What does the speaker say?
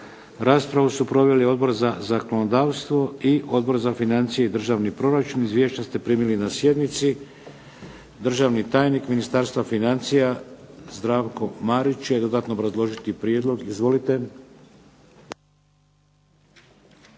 Raspravu su proveli Odbor za zakonodavstvo i Odbor za financije i državni proračun. Izvješća ste primili na sjednici. Državni tajnik Ministarstva financija Zdravko Marić će dodatno obrazložiti prijedlog. Izvolite.